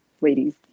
ladies